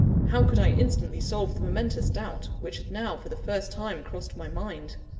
how could i instantly solve the momentous doubt which had now, for the first time, crossed my mind?